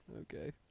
Okay